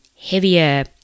heavier